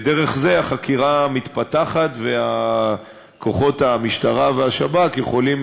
דרך זה החקירה מתפתחת וכוחות המשטרה והשב"כ יכולים